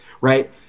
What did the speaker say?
right